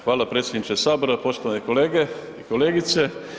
Hvala predsjedniče sabora, poštovane kolege i kolegice.